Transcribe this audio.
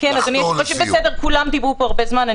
-- כן, אדוני, כולם דיברו פה הרבה זמן.